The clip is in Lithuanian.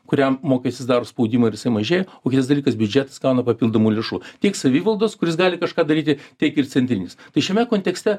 kuriam mokestis daro spaudimą ir jisai mažėja o kitas dalykas biudžetas gauna papildomų lėšų tiek savivaldos kurios gali kažką daryti tiek ir centrinis tai šiame kontekste